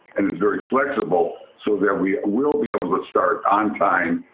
and it's very flexible. so there we will be able to start on time.